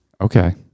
Okay